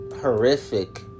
Horrific